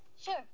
Sure